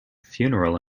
funeral